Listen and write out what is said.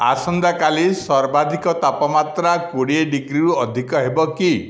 ଆସନ୍ତାକାଲି ସର୍ବାଧିକ ତାପମାତ୍ରା କୋଡ଼ିଏ ଡିଗ୍ରୀରୁ ଅଧିକ ହେବ କି